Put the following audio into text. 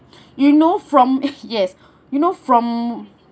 you know from yes you know from